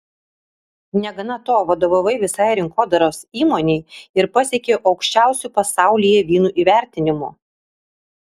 negana to vadovavai visai rinkodaros įmonei ir pasiekei aukščiausių pasaulyje vynų įvertinimų